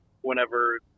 whenever